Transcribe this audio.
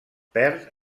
perd